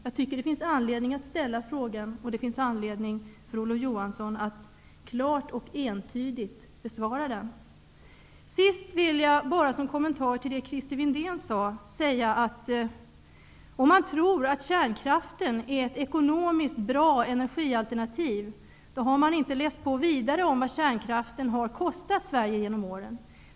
Jag tycker att det finns anledning att ställa frågan, och det finns anledning för Olof Johansson att klart och entydigt besvara den. Till sist vill jag, som en kommentar till det Christer Windén sade, säga att om man tror att kärnkraften är ett ekonomiskt bra energialternativ, då har man inte läst på särskilt bra om vad kärnkraften har kostat Sverige genom åren.